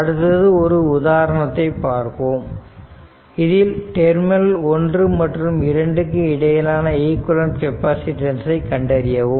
அடுத்து ஒரு உதாரணத்தைப் பார்ப்போம் இதில் டெர்மினல் 1 மற்றும் 2 இக்கு இடையேயான ஈக்விவலெண்ட் கெப்பாசிட்டெண்ட்ஸ் ஐ கண்டறியவும்